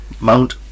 Mount